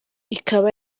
ikaba